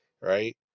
right